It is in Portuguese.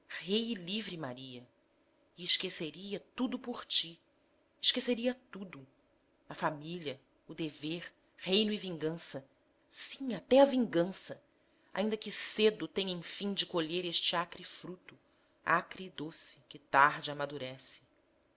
e livre maria e esqueceria tudo por ti esqueceria tudo a família o dever reino e vingança sim até a vingança ainda que cedo tenha enfim de colher este acre fruto acre e doce que tarde amadurece